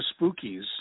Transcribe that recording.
Spookies